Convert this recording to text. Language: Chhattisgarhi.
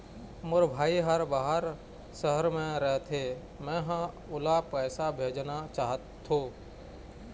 मोर भाई हर बाहर शहर में रथे, मै ह ओला पैसा भेजना चाहथों